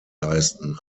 leisten